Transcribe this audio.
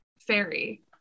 fairy